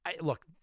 Look